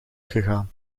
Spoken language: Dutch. gegaan